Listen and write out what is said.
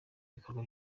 ibikorwa